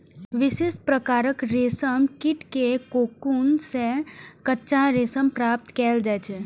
विशेष प्रकारक रेशम कीट के कोकुन सं कच्चा रेशम प्राप्त कैल जाइ छै